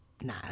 no